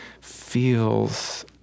feels